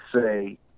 say